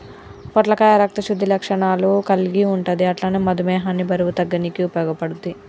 పొట్లకాయ రక్త శుద్ధి లక్షణాలు కల్గి ఉంటది అట్లనే మధుమేహాన్ని బరువు తగ్గనీకి ఉపయోగపడుద్ధి